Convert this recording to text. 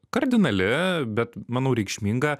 kardinali bet manau reikšminga